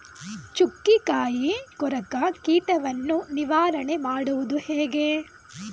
ಚುಕ್ಕಿಕಾಯಿ ಕೊರಕ ಕೀಟವನ್ನು ನಿವಾರಣೆ ಮಾಡುವುದು ಹೇಗೆ?